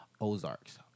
Ozarks